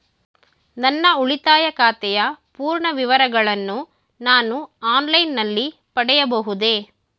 ನನ್ನ ಉಳಿತಾಯ ಖಾತೆಯ ಪೂರ್ಣ ವಿವರಗಳನ್ನು ನಾನು ಆನ್ಲೈನ್ ನಲ್ಲಿ ಪಡೆಯಬಹುದೇ?